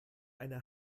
eine